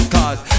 Cause